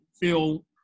feel